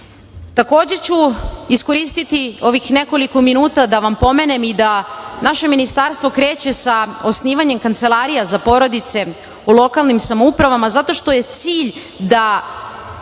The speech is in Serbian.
njih. Takođe ću iskoristiti ovih nekoliko minuta da vam pomenem i da naše ministarstvo kreće sa osnivanjem kancelarija za porodice u lokalnim samoupravama, zato što je cilj da